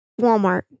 Walmart